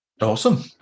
Awesome